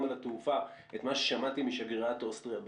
על התעופה את מה ששמעתי משגרירת אוסטריה בישראל,